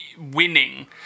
winning